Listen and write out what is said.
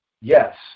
yes